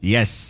Yes